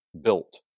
built